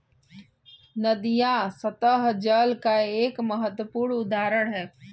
नदियां सत्तह जल का एक महत्वपूर्ण उदाहरण है